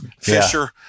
fisher